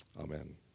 Amen